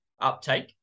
uptake